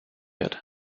wird